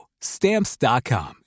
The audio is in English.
Stamps.com